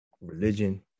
religion